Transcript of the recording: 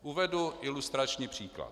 Uvedu ilustrační příklad.